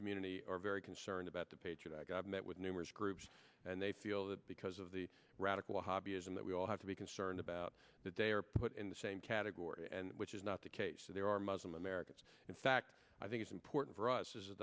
community are very concerned about the page of the government with numerous groups and they feel that because of the radical hobby isn't that we all have to be concerned about that they are put in the same category and which is not the case there are muslim americans in fact i think it's important for us as a